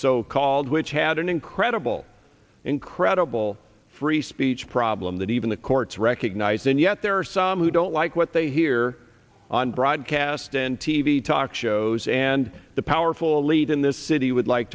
so called which had an incredible credible free speech problem that even the courts recognize and yet there are some who don't like what they hear on broadcast and t v talk shows and the powerful lead in this city would like